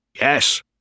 Yes